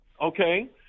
okay